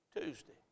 Tuesday